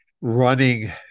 running